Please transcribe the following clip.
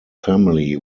family